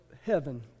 heaven